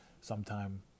sometime